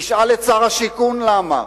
תשאל את שר השיכון למה.